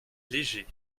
léger